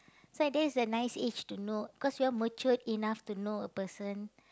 so I think it's a nice age to know cause you're matured enough to know a person